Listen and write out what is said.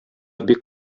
бик